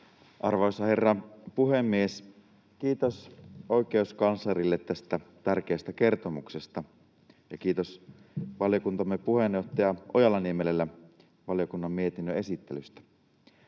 Arvoisa herra puhemies! Kiitos oikeuskanslerille tästä tärkeästä kertomuksesta ja kiitos valiokuntamme puheenjohtaja Ojala-Niemelälle valiokunnan mietinnön esittelystä.